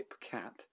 cat